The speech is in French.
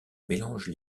mélange